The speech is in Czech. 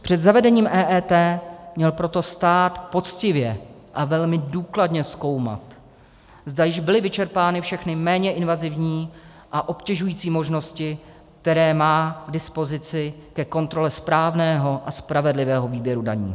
Před zavedením EET měl proto stát poctivě a velmi důkladně zkoumat, zda již byly vyčerpány všechny méně invazivní a obtěžující možnosti, které má k dispozici ke kontrole správného a spravedlivého výběru daní.